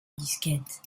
disquette